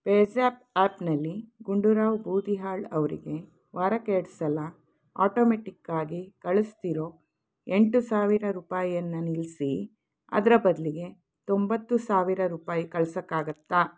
ಪೇಜ್ಯಾಪ್ ಆ್ಯಪ್ನಲ್ಲಿ ಗುಂಡೂರಾವ್ ಬೂದಿಹಾಳ್ ಅವರಿಗೆ ವಾರಕ್ಕೆರ್ಡ್ಸಲ ಆಟೊಮೆಟ್ಟಿಕ್ಕಾಗಿ ಕಳಿಸ್ತಿರೊ ಎಂಟು ಸಾವಿರ ರೂಪಾಯಿಯನ್ನ ನಿಲ್ಲಿಸಿ ಅದರ ಬದಲಿಗೆ ತೊಂಬತ್ತು ಸಾವಿರ ರೂಪಾಯಿ ಕಳ್ಸೋಕ್ಕಾಗತ್ತಾ